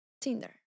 Tinder